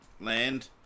Land